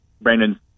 Brandon